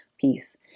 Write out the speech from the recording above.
peace